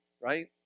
right